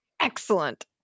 Excellent